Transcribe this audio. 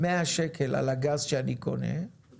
100 שקל על הגז שאני קונה,